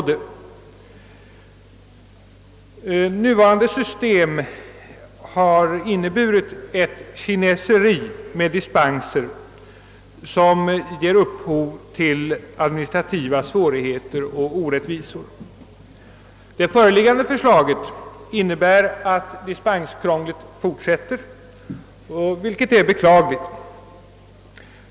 Det nuvarande systemet har inneburit ett kineseri med dispenser, som ger upphov till administrativa svårigheter och orättvisor. Det föreliggande förslaget innebär att dispenskrånglet fortsätter, vilket är beklagligt.